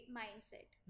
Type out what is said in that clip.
mindset